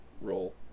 roll